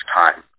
time